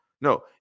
No